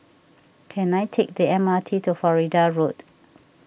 can I take the M R T to Florida Road